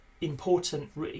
important